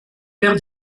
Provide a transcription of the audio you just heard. père